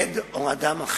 עד או אדם אחר.